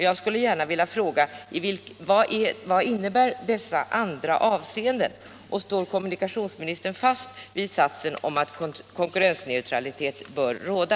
Jag skulle gärna vilja veta: Vad innebär dessa andra avseenden, och står kommunikationsministern fast vid satsen om att konkurrensneutralitet bör råda?